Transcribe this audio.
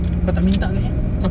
kau tak minta dengan dia